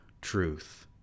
Truth